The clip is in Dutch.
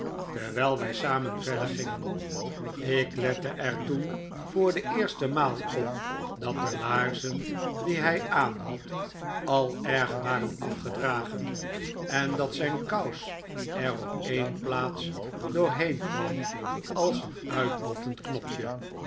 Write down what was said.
terwijl wij samen verder gingen ik lette er toen voor de eerste maal op dat de laarzen die hij aanhad al erg waren afgedragen en dat zijn kous er op een plaats doorheen kwam als een uitbottend knopje